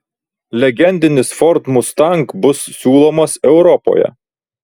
legendinis ford mustang bus siūlomas europoje